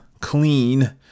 clean